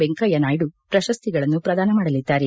ವೆಂಕಯ್ಕ ನಾಯ್ಡ ಪ್ರಶಸ್ತಿಗಳನ್ನು ಪ್ರದಾನ ಮಾಡಲಿದ್ದಾರೆ